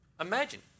Imagine